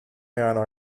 erano